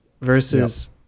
versus